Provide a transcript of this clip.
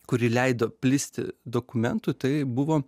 kuri leido plisti dokumentui tai buvo